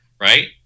right